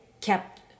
kept